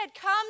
come